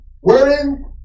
wherein